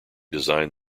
designed